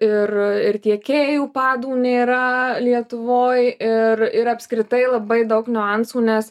ir ir tiekėjų padų nėra lietuvoj ir ir apskritai labai daug niuansų nes